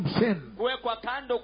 sin